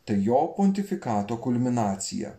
tai jo pontifikato kulminacija